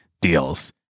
deals